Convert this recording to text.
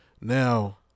Now